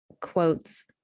quotes